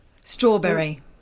Strawberry